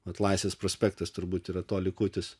vat laisvės prospektas turbūt yra to likutis